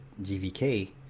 GVK